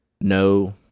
no